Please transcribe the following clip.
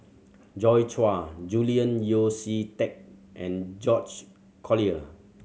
Joi Chua Julian Yeo See Teck and George Collyer